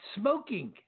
smoking